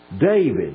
David